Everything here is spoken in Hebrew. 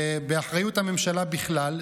ובאחריות הממשלה בכלל,